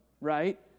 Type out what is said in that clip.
right